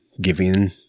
giving